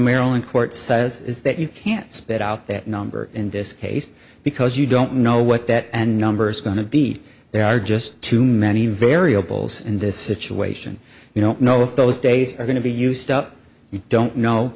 maryland court says is that you can't spit out that number in this case because you don't know what that and numbers are going to be there are just too many variables in this situation you don't know if those days are going to be used up you don't know